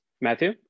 Matthew